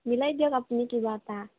মিলাই দিয়ক আপুনি কিবা এটা